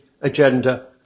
agenda